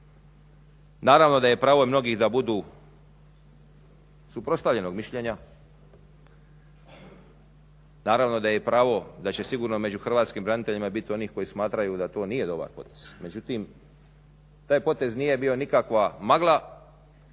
naravno da je pravo mnogih da budu suprotstavljenog mišljenja, naravno da je pravo da će sigurno među hrvatskim braniteljima biti onih koji smatraju da to nije dobar potez, međutim taj potez nije bio nikakva magla,